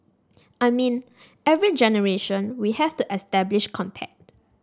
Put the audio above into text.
I mean every generation we have to establish contact